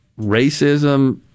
racism